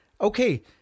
okay